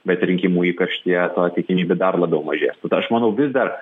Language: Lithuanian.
bet rinkimų įkarštyje ta tikimybė dar labiau mažės tada aš manau vis dar